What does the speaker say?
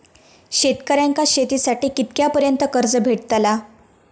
शेतकऱ्यांका शेतीसाठी कितक्या पर्यंत कर्ज भेटताला?